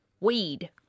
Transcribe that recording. weed